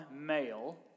male